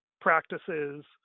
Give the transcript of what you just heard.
practices